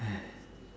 !aiya!